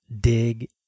dig